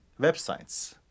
websites